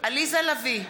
עליזה לביא,